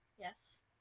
Yes